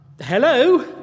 hello